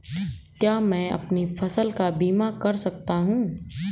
क्या मैं अपनी फसल का बीमा कर सकता हूँ?